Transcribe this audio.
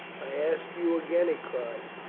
i ask you again, he cried.